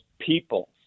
people